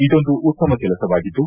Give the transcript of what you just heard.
ಇದೊಂದು ಉತ್ತಮ ಕೆಲಸವಾಗಿದ್ದು